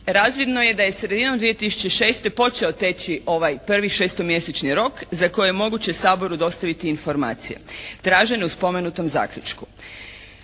razvidno je sredinom 2006. počeo teći ovaj prvi šestomjesečni rok za koji je moguće Saboru dostaviti informacije tražene u spomenutom zaključku.